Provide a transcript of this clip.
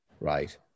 Right